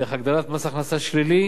דרך הגדלת מס הכנסה שלילי